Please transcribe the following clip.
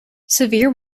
severe